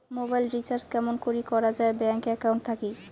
Mobile recharge কেমন করি করা যায় ব্যাংক একাউন্ট থাকি?